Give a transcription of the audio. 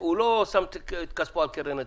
הוא לא שם את כספו על קרן הצבי,